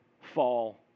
fall